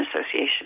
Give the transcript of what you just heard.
Association